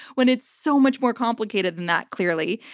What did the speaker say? when it's so much more complicated than that, clearly.